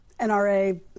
NRA